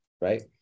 right